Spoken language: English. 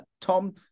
Tom